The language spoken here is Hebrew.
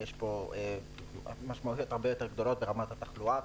יש פה משמעויות הרבה יותר גדולות ברמת התחלואה,